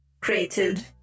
created